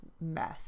mess